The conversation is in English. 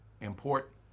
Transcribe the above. Important